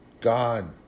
God